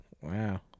Wow